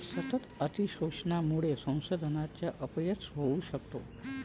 सतत अतिशोषणामुळे संसाधनांचा अपव्यय होऊ शकतो